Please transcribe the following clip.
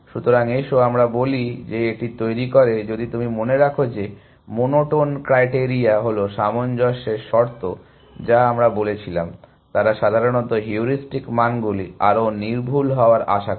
সুতরাং এসো আমরা বলি যে এটি তৈরি করে যদি তুমি মনে রাখো যে মোনোটোন ক্রাইটেরিয়া হল সামঞ্জস্যের শর্ত যা আমরা বলেছিলাম তারা সাধারণত হিউরিস্টিক মানগুলি আরও নির্ভুল হওয়ার আশা করে